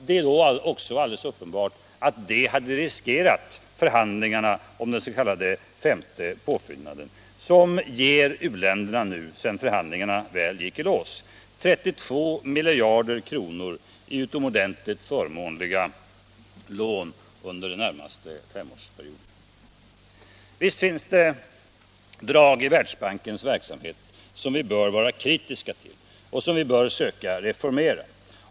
Det är också alldeles uppenbart att detta skulle ha äventyrat förhandlingarna om den s.k. femte påfyllnaden, som — sedan förhandlingarna väl gått i lås — ger u-länderna 32 miljarder kronor i utomordentligt förmånliga lån under den närmaste treårsperioden. Visst finns det drag i Världsbankens verksamhet, som vi bör vara kritiska till och som vi bör söka reformera.